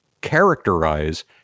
characterize